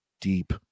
deep